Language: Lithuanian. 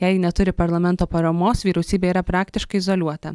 jei neturi parlamento paramos vyriausybė yra praktiškai izoliuota